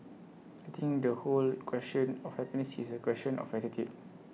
I think the whole question of happiness is A question of attitude